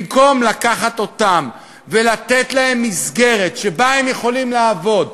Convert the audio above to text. במקום לקחת אותם ולתת להם מסגרת שבה הם יכולים לעבוד,